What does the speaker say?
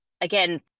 again